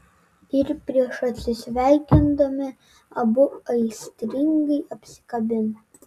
ir prieš atsisveikindami abu aistringai apsikabina